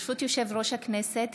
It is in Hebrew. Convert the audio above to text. ברשות יושב-ראש הכנסת,